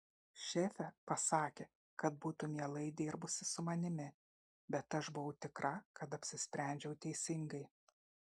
šefė pasakė kad būtų mielai dirbusi su manimi bet aš buvau tikra kad apsisprendžiau teisingai